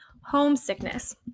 homesickness